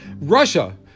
Russia